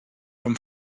from